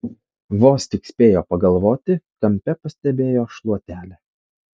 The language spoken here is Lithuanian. vos tik spėjo pagalvoti kampe pastebėjo šluotelę